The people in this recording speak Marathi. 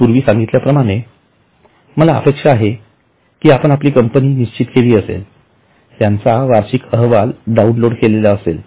मी पूर्वी सांगितल्या प्रमाणे मला अपेक्षा आहे कि आपण आपली कंपनी निश्चित केली असेल त्यांचा वार्षिक अहवाल डाउनलोड केला असेल